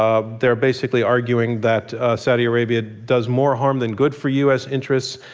ah they're basically arguing that saudi arabia does more harm than good for u. s. interests,